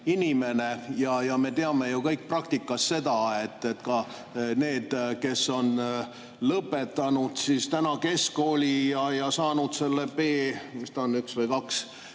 inimene. Me teame ju kõik praktikas seda, et ka need, kes on lõpetanud keskkooli ja saanud selle B, mis ta on, 1 või 2